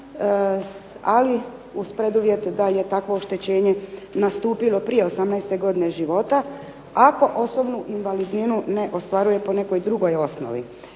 ali uz preduvjete da je takvo oštećenje nastupilo prije 18 godine života. Ako osobnu invalidninu ne ostvaruje po nekoj drugoj osnovi.